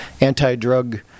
anti-drug